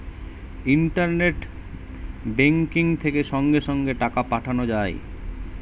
internet banking থেকে সঙ্গে সঙ্গে টাকা পাঠানো যায়